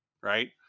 right